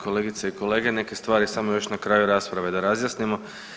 Kolegice i kolege, neke stvari samo još na kraju rasprave da razjasnimo.